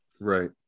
right